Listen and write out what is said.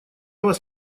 вас